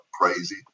Crazy